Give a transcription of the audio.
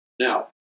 Now